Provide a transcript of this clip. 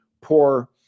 poor